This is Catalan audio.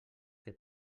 que